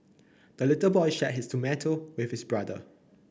the little boy shared his tomato with his brother